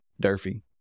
Durfee